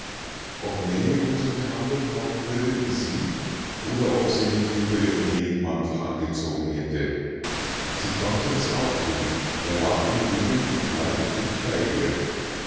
ob nellie wohl so gehandelt haben würde wie sie oder ob sie nicht lieber ihren regenmantel angezogen hätte sie konnte es auch thun er lag im riemen geschnallt dicht bei ihr